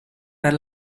per